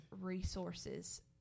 resources